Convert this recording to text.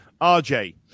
RJ